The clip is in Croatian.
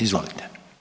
Izvolite.